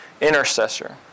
intercessor